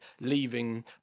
leaving